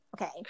Okay